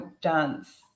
dance